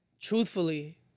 truthfully